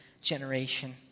generation